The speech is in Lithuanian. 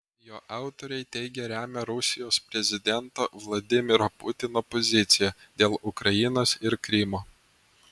jo autoriai teigia remią rusijos prezidento vladimiro putino poziciją dėl ukrainos ir krymo